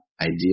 ideal